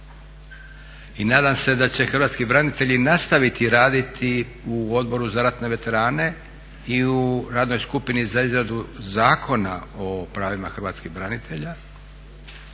I nadam se da će hrvatski branitelji nastaviti raditi u Odboru za ratne veterane i u Radnoj skupini za izradu Zakona o pravima hrvatskih branitelja.